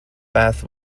bath